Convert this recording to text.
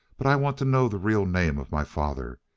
but i want to know the real name of my father.